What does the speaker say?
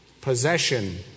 possession